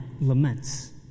laments